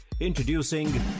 Introducing